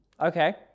Okay